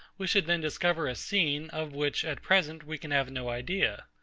we should then discover a scene, of which, at present, we can have no idea.